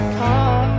car